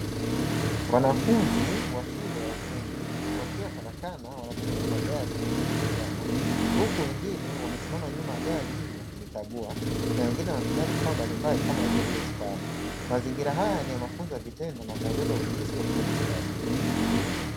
Wanafunzi wa shule ya ufundi wakiwa karakana wanatengeneza gari kwa kushirikiana, huku wengine wamesimama nyuma ya gari wakilikagua, na wengine wanatumia vifaa mbalimbali kama vile supana. Mazingira haya ni ya mafunzo vitendo na kuongeza ujuzi wa ufundi stadi.